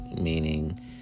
meaning